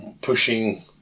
pushing